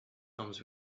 comes